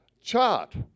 chart